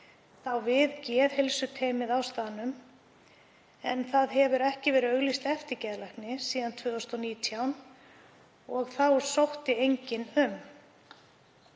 þá við geðheilsuteymið á staðnum, en ekki hefur verið auglýst eftir geðlækni síðan 2019 og þá sótti enginn um.